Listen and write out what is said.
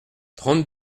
trente